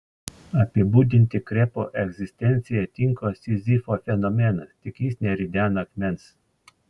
apibūdinti krepo egzistenciją tinka sizifo fenomenas tik jis neridena akmens